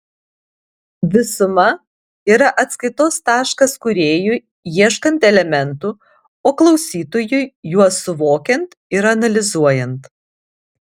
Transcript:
visuma yra atskaitos taškas kūrėjui ieškant elementų o klausytojui juos suvokiant ir analizuojant